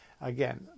again